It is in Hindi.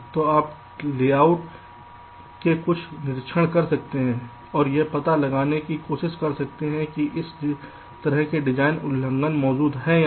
तो आप लेआउट में कुछ निरीक्षण कर सकते हैं और यह पता लगाने की कोशिश कर सकते हैं कि इस तरह के डिज़ाइन उल्लंघन मौजूद हैं या नहीं